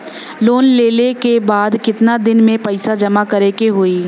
Loan लेले के बाद कितना दिन में पैसा जमा करे के होई?